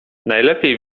najlepiej